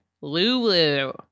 Lulu